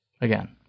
again